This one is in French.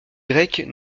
grecs